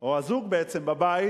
או הזוג בבית,